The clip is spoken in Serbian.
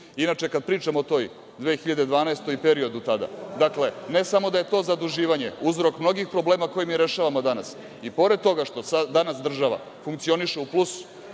Inače, kad pričamo o toj 2012. godini i periodu tada, dakle, ne samo da je to zaduživanje uzrok mnogih problema koje mi rešavamo danas, i pored toga što danas država funkcioniše u plusu,